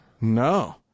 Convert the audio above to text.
No